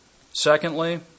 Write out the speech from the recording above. Secondly